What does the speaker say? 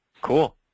cool